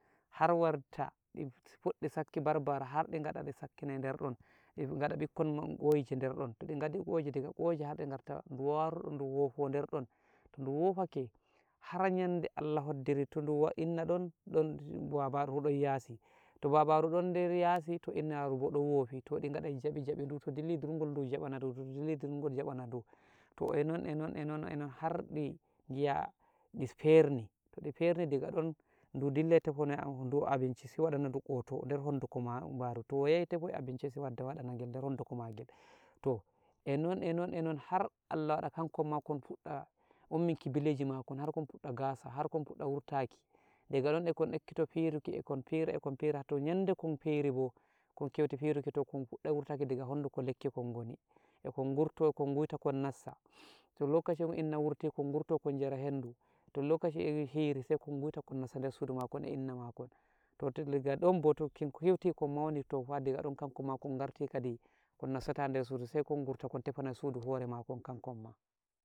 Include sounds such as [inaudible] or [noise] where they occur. har warta ɗi puɗɗi sakki barbara harɗi ngaɗa ɗi sakkine nderɗon [hesitation] ɗi ngaɗa ɓikkon mon koyije derɗon toɗi ngaɗi koyije daga koyije harɗi ngarta du waru du wofo derɗon toɗu wofake har nyande Allah hoɗɗiri toɗu wo'inna don ɗon babaru bo ɗon yasi, to babaru don der yasi, toh innaru bo ɗon wofi, toɗi ngaɗai jaɓi-jaɓi du to dilli durngol du jabana du, du to dilli durngol jabana du. To enon-enon-enon-enon hardi ngi'a di perni, toɗi perni diga ɗon du dillai tefonoya du abinci sai waɗanaɗu [unintelligible] nder honduko maru to'o yahi tefonoyi du sai wadda wadana ngel nder honduko magel to enon-enon-enon har Allah waɗa kankomma kon puɗɗa umminki bileji makon har kon puɗɗa gasa harkon puɗɗa wurtaki, daga don ekon ekkito piruki ekon pira ekon pira, to nyande kon piribo kon kyauti firuki to kon puɗɗai wurtaki diga honduko lekki kon ngoni. Ekon ngurto kon guita kon nassa. toh lokashire inna wurti kon ngurto kon njara hendu to lokashire hiri sai kon gwuita kon nessa der suduma kon e inna makon to ti-daga ɗonbo to kon kyauti kon mauni tofa diga don kankon ma kon garti kadi kon nassata dessudu sai kon ngurto kon tefana sudu hore makon kankon ma.